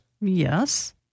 Yes